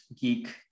geek